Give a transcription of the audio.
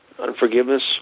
Unforgiveness